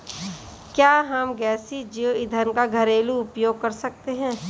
क्या हम गैसीय जैव ईंधन का घरेलू उपयोग कर सकते हैं?